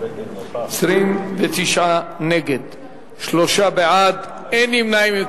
29 נגד, שלושה בעד, אין נמנעים.